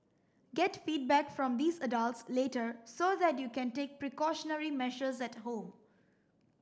get feedback from these adults later so that you can take precautionary measures at home